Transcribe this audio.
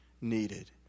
needed